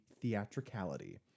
theatricality